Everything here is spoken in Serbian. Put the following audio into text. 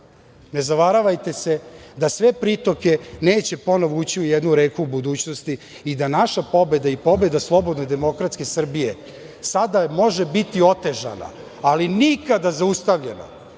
ne zavaravajte se da sve pritoke neće ponovo ući u jednu reku budućnosti i da naša pobeda i pobeda slobodne demokratske Srbije, sada može biti otežana, ali nikada zaustavljena,